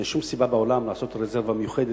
ואין שום סיבה בעולם לעשות רזרבה מיוחדת.